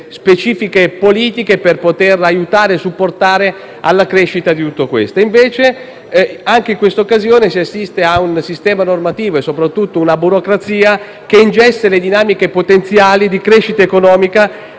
specifiche politiche per poter aiutare e supportare la crescita. Invece, anche in questa occasione, si assiste a un sistema normativo e soprattutto a una burocrazia che ingessa le dinamiche potenziali di crescita economica,